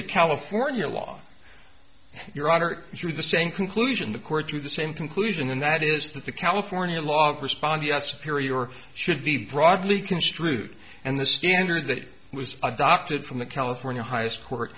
to california law your honor through the same conclusion the court to the same conclusion and that is that the california law respond yes appear your should be broadly construed and the standard that was adopted from the california highest court